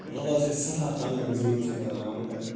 نتہٕ حظ چھِ أسۍ سیٚٹھاہ تنٛگ اَمہِ زمیٖنہٕ سٍتھن آمٕتۍ اَمہِ